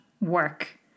work